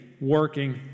working